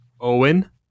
Owen